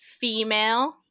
female